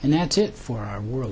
and that's it for our world